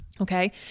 Okay